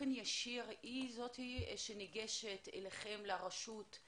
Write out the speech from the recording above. באופן ישיר היא זאת שניגשת אליכם לרשות,